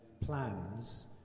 plans